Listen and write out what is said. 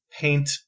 paint